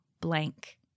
blank